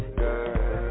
girl